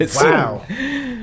Wow